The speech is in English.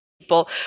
people